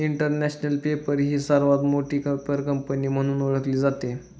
international paper ही सर्वात मोठी पेपर कंपनी म्हणून ओळखली जाते